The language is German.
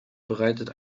bereitet